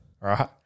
right